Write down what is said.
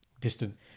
Distant